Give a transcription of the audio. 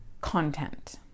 content